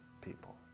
people